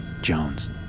Jones